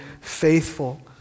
faithful